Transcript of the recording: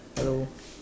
hello